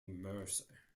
mercer